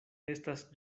estas